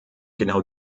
genau